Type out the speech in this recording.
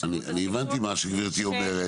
מה שנקרא.